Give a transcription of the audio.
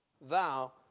thou